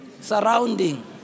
surrounding